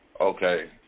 okay